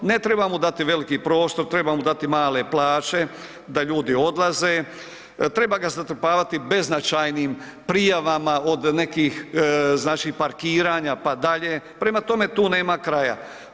Ne treba mu dati veliki prostor, treba mu dati male plaće da ljudi odlaze, treba ga zatrpavati beznačajnim prijavama od nekih parkiranja pa dalje, prema tome tu nema kraja.